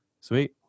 Sweet